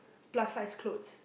plus sized clothes